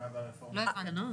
לא הבנתי.